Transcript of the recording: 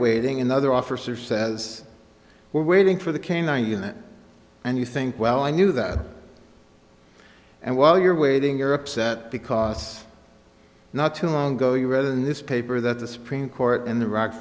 waiting another officer says we're waiting for the canine unit and you think well i knew that and while you're waiting you're upset because not too long ago you read in this paper that the supreme court and the rock